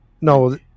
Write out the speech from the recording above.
No